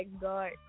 god